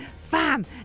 fam